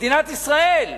מדינת ישראל,